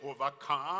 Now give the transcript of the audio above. overcome